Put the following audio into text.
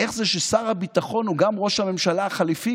איך זה ששר הביטחון הוא גם ראש הממשלה החליפי,